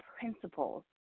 principles